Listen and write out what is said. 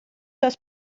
das